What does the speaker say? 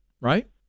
right